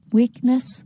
weakness